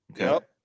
Okay